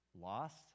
lost